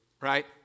right